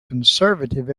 conservative